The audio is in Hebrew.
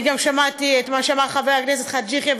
אני גם שמעתי את מה שאמר חבר הכנסת חאג' יחיא,